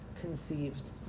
conceived